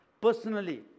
personally